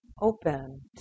open